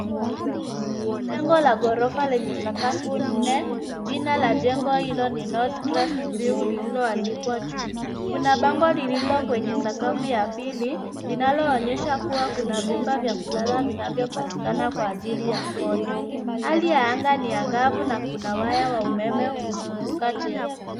Ni jengo la ghorofa lenye sakafu nne, jina la jengo hilo ni North Crest View, lililoandikwa juu. Kuna bango lililo kwenye sakafu ya pili, linaloonyesha kuwa kuna vyumba vya kulala vinavyopatikana kwa ajili ya kodi. Hali ya anga ni angavu na kuna waya wa umeme kuzunguka jengo.